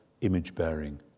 image-bearing